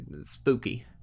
spooky